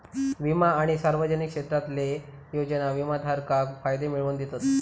विमा आणि सार्वजनिक क्षेत्रातले योजना विमाधारकाक फायदे मिळवन दितत